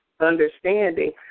understanding